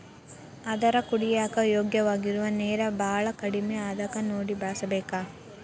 ಆದರ ಕುಡಿಯಾಕ ಯೋಗ್ಯವಾಗಿರು ನೇರ ಬಾಳ ಕಡಮಿ ಅದಕ ನೋಡಿ ಬಳಸಬೇಕ